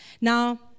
Now